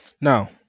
Now